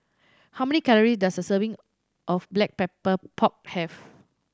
how many calory does a serving of Black Pepper Pork have